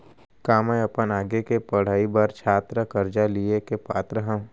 का मै अपन आगे के पढ़ाई बर छात्र कर्जा लिहे के पात्र हव?